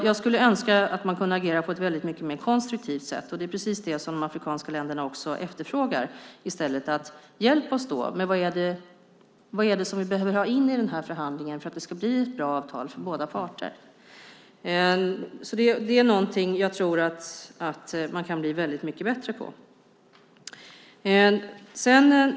Jag skulle önska att man kunde agera på ett mycket mer konstruktivt sätt, och det är precis det som de afrikanska länderna också efterfrågar i stället. De säger: Hjälp oss! Men vad är det som vi behöver ha in i denna förhandling för att det ska bli ett bra avtal för båda parter? Det är någonting som jag tror att man kan bli väldigt mycket bättre på.